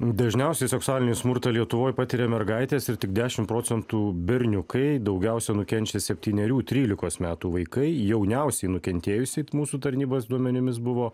dažniausiai seksualinį smurtą lietuvoj patiria mergaitės ir tik dešimt procentų berniukai daugiausiai nukenčia septynerių trylikos metų vaikai jauniausiai nukentėjusiai mūsų tarnybos duomenimis buvo